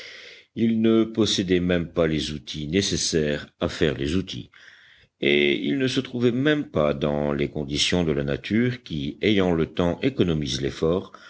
ils ne possédaient même pas les outils nécessaires à faire les outils et ils ne se trouvaient même pas dans les conditions de la nature qui ayant le temps économise l'effort